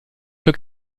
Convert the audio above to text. für